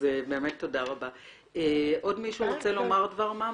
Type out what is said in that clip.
תודה רבה, עוד מישהו רוצה לומר דבר מה?